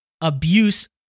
abuse